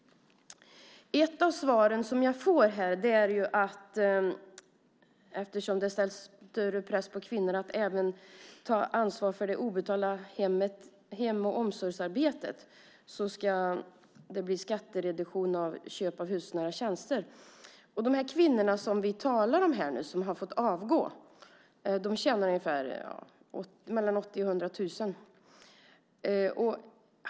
Ett av svaren som jag får här är att eftersom det sätts större press på kvinnor att även ta ansvar för det obetalda hem och omsorgsarbetet ska det bli skattereduktion för köp av hushållsnära tjänster. De kvinnor som vi talar om här, som har fått avgå, tjänar ungefär mellan 80 000 och 100 000 i månaden.